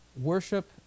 worship